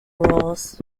roles